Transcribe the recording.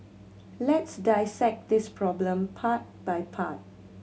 let's dissect this problem part by part